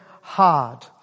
hard